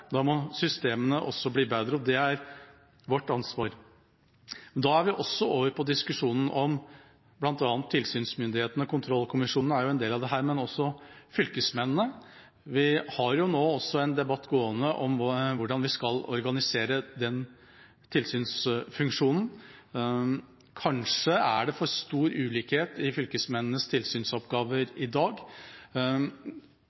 Da må systemene bli bedre, og det er vårt ansvar. Da er vi over på diskusjonen om bl.a. tilsynsmyndighetene. Kontrollkommisjonene er jo en del av dette, men også fylkesmennene. Vi har nå en debatt gående om hvordan vi skal organisere den tilsynsfunksjonen. Kanskje er det for stor ulikhet i fylkesmennenes